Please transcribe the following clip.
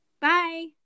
Bye